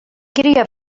cria